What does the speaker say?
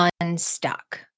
unstuck